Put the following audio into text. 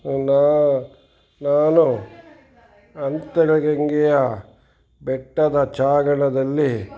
ನಾ ನಾನು ಅಂತರಗಂಗೆಯ ಬೆಟ್ಟದ ಜಾಗಳದಲ್ಲಿ